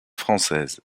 française